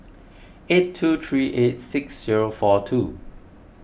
eight two three eight six zero four two